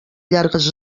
llargues